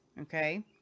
Okay